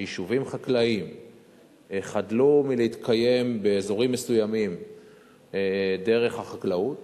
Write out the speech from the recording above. כשיישובים חקלאיים חדלו מלהתקיים באזורים מסוימים דרך החקלאות,